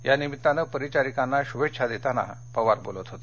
या निमित्ताने परिचारिकांना शुभेच्छा देताना पवार बोलत होते